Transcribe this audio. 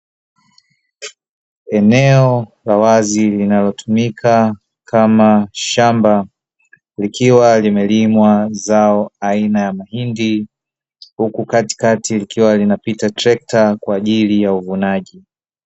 Eneo la wazi linalotumika kama shamba, likiwa limelimwa zao aina ya mahindi huku katikati likiwa linapita trekta kwa ajili ya uvunaji.